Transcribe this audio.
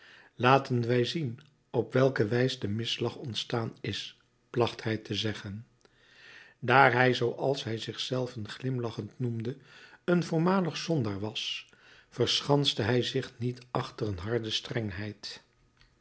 laten wij zien op welke wijs de misslag ontstaan is placht hij te zeggen daar hij zooals hij zich zelven glimlachend noemde een voormalig zondaar was verschanste hij zich niet achter een harde strengheid